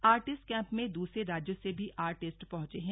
artist camp में दूसरे राज्यों से भी आर्टिस्ट पहुंचे हैं